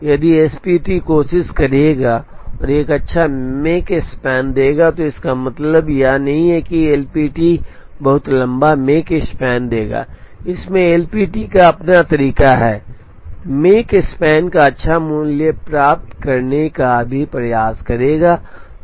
यदि एसपीटी कोशिश करेगा और एक अच्छा मेक स्पान देगा तो इसका मतलब यह नहीं है कि एलपीटी बहुत लंबा मेक स्पान देगा इसमें एलपीटी का अपना तरीका है मेक स्पैन का अच्छा मूल्य प्राप्त करने का भी प्रयास करेगा